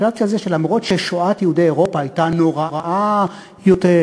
חשבתי על זה שאומנם שואת יהודי אירופה הייתה נוראה יותר,